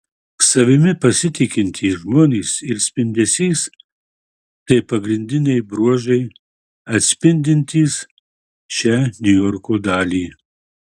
savimi pasitikintys žmonės ir spindesys tai pagrindiniai bruožai atspindintys šią niujorko dalį